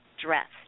dressed